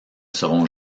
seront